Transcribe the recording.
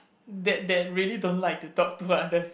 that that really don't like to talk to others